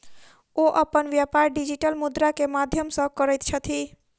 ओ अपन व्यापार डिजिटल मुद्रा के माध्यम सॅ करैत छथि